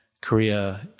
Korea